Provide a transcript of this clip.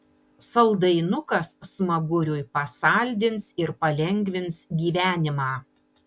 saldainukas smaguriui pasaldins ir palengvins gyvenimą